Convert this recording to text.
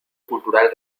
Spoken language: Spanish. cultural